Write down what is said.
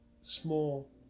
small